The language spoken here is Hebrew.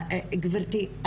גברתי,